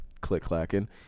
click-clacking